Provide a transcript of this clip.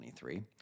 2023